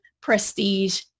prestige